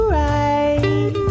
right